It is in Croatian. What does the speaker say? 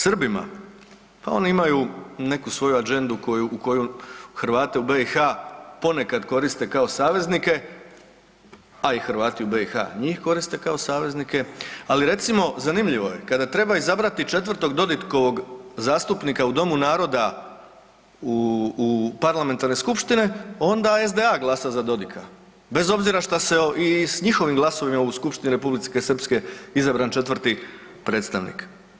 Srbima, pa oni imaju neku svoju agendu u koju Hrvate u BiH ponekad koriste kao saveznike, a i Hrvati u BiH njih koriste kao saveznike, ali recimo zanimljivo je kada treba izabrati četvrtog Dodikovog zastupnika u Domu naroda u, parlamentarne skupštine onda SDA glasa za Dodika bez obzira šta se i s njihovim glasovima u Skupštini Republike Srpske izabran četvrti predsjednik.